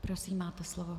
Prosím, máte slovo.